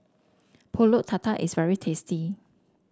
pulut Tatal is very tasty